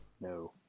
No